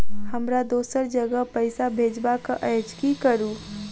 हमरा दोसर जगह पैसा भेजबाक अछि की करू?